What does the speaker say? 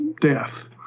death